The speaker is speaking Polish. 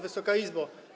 Wysoka Izbo!